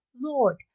Lord